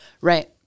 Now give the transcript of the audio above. right